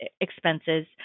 expenses